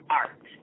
art